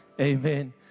amen